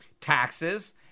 taxes